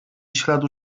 śladu